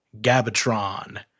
Gabatron